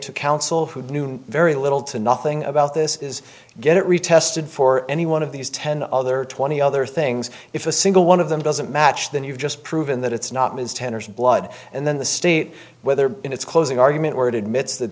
to counsel who knew very little to nothing about this is get retested for any one of these ten other twenty other things if a single one of them doesn't match then you've just proven that it's not ms tenners blood and then the state whether in its closing argument word admits that